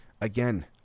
Again